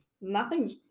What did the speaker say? nothing's